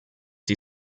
die